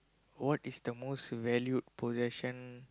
what is the most valued possession